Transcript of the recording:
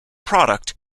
product